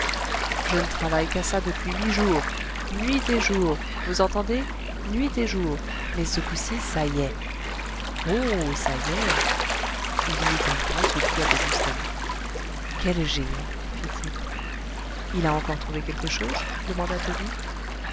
je ne travaille qu'à ça depuis huit jours nuit et jour vous entendez nuit et jour mais ce coup ci ça y est oh ça y est il y eut un grand soupir de loustalot quel génie fit-il il a encore trouvé quelque chose demanda tobie